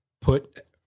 put